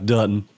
Dutton